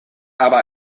aber